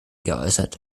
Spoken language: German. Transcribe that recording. geäußert